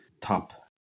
top